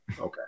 Okay